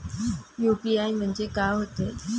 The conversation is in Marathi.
यू.पी.आय म्हणजे का होते?